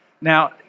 Now